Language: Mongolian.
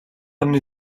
орны